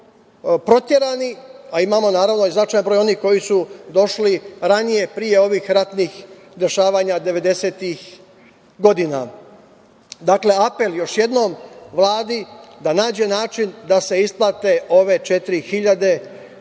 proterani, a imamo, naravno, i značajan broj onih koji su došli ranije, pre ovih ratnih dešavanja devedesetih godina. Dakle, apel, još jednom, Vladi da nađe način da se isplate ove 4.000